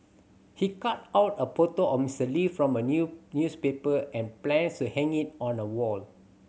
he cut out a photo of Mister Lee from a new newspaper and plans to hang it on a wall